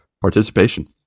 participation